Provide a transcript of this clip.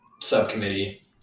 Subcommittee